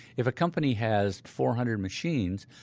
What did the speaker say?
if a company has four hundred machines,